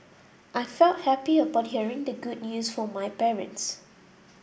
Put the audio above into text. I felt happy upon hearing the good news from my parents